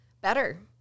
better